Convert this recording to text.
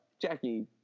Jackie